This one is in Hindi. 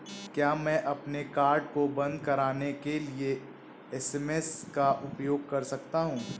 क्या मैं अपने कार्ड को बंद कराने के लिए एस.एम.एस का उपयोग कर सकता हूँ?